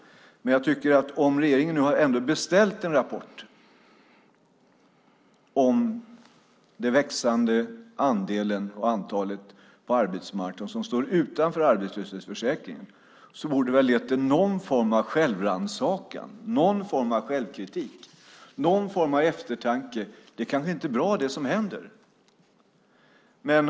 Men jag tycker att om regeringen ändå har beställt en rapport om det växande antalet på arbetsmarknaden som står utanför arbetslöshetsförsäkringen borde det väl ha lett till någon form av självrannsakan, någon form av självkritik, någon form av eftertanke, att det som händer kanske inte är bra.